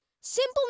Simple